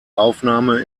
aufnahme